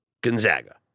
Gonzaga